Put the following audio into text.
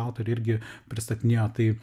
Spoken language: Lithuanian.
autoriui irgi pristatinėjo tai